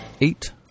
eight